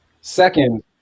Second